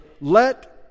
let